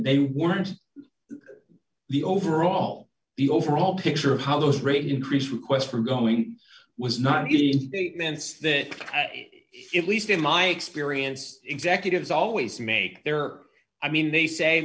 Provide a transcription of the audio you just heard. they weren't the overall the overall picture of how those rate increase requests from going was not getting that it least in my experience executives always make their i mean they say